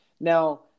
Now